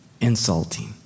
insulting